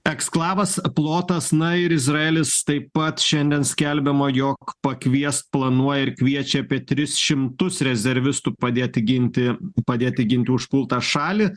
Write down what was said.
eksklavas plotas na ir izraelis taip pat šiandien skelbiama jog pakviest planuoja ir kviečia apie tris šimtus rezervistų padėti ginti padėti ginti užpultą šalį